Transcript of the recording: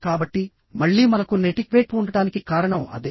కాబట్టి మళ్ళీ మనకు నెటిక్వేట్ ఉండటానికి కారణం అదే